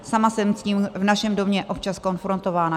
Sama jsem s tím v našem domě občas konfrontována.